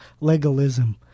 legalism